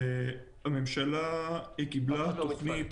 הממשלה קיבלה תוכנית,